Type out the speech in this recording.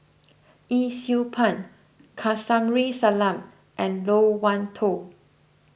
Yee Siew Pun Kamsari Salam and Loke Wan Tho